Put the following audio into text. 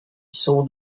saw